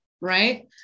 right